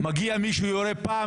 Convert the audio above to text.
מגיע מישהו ויורה בה,